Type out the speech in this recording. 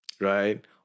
right